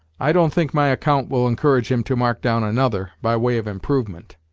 i don't think my account will encourage him to mark down another, by way of improvement.